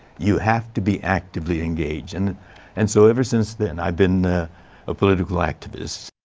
you have to be actively engaged. and and so ever since then i've been a political activist.